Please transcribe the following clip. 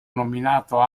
nominato